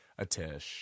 Atish